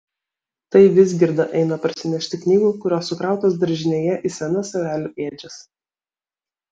tai vizgirda eina parsinešti knygų kurios sukrautos daržinėje į senas avelių ėdžias